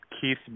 Keith